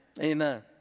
Amen